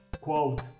Quote